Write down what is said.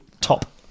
top